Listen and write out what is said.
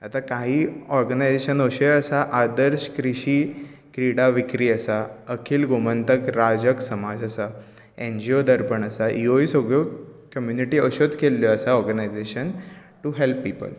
आतां काही ऑर्गनायजेशन अश्योय आसा आदर्श क्रिशी क्रिडा विक्रि आसा अखील गोमंतक राजक समाज आसा एनजीओ दर्पण आसा ह्यो सगळ्यो कम्यूनीटी अश्योच केल्यो आसा ऑर्गनाजेशन टू हॅल्प पिपल